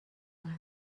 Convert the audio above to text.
one